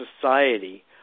society